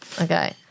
Okay